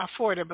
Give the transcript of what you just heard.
affordable